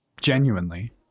genuinely